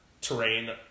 terrain